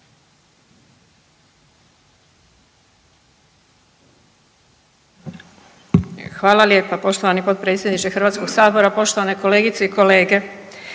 Hvala lijepo poštovani potpredsjedniče Hrvatskog sabora. Poštovana kolegice vi ste